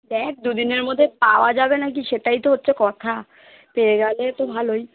দেখ দু দিনের মধ্যে পাওয়া যাবে না কি সেটাই তো হচ্ছে কথা পেয়ে গেলে তো ভালোই